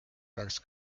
peaks